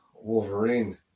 Wolverine